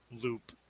loop